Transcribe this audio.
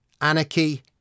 anarchy